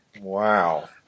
Wow